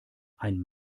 ein